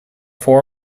four